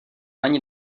ani